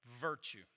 Virtue